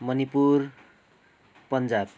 Manipur Punjab